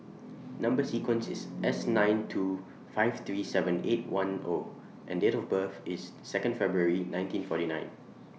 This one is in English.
Number sequence IS S nine two five three seven eight one O and Date of birth IS Second February nineteen forty nine